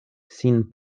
sin